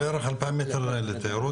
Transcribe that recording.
כן, בערך 2,000 מ"ר לתיירות.